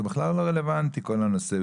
זה בכלל לא רלוונטי כל הנושא.